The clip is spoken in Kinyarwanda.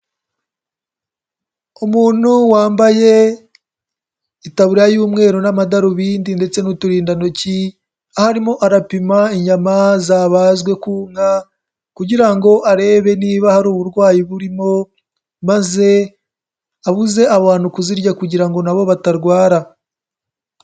Umuntu wambaye itaburiya y'umweru n'amadarubindi ndetse n'uturindantoki aho arimo arapima inyama zabazwe ku nka kugira ngo arebe niba hari uburwayi burimo maze abuze abantu kuzirya kugira ngo na bo batarwara.